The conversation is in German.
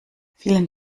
vielen